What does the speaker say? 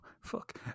fuck